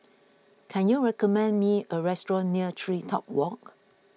can you recommend me a restaurant near TreeTop Walk